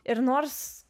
ir nors